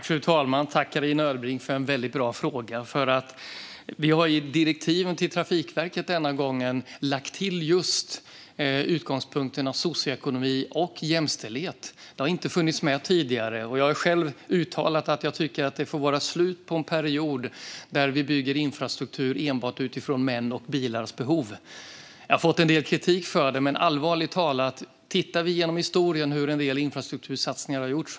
Fru talman! Tack, Carina Ödebrink, för en väldigt bra fråga! Vi har i direktiven till Trafikverket denna gång lagt till just utgångspunkterna socioekonomi och jämställdhet. Det har inte funnits med tidigare. Jag har själv uttalat att jag tycker att det får vara slut på en period där vi bygger infrastruktur enbart utifrån mäns och bilars behov. Jag har fått en del kritik för det. Men, allvarligt talat, vi kan se genom historien hur en del infrastruktursatsningar har gjorts.